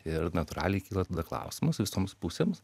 ir natūraliai kyla klausimas visoms pusėms